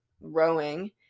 rowing